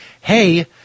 hey